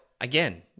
again